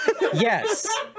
Yes